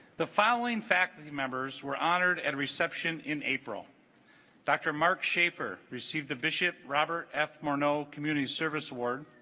the following faculty members were honored at reception in april dr. mark schaefer received the bishop robert f morneau community service award